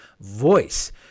voice